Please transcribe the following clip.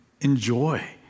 enjoy